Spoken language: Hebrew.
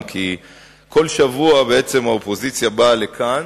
בכל שבוע האופוזיציה באה לכאן,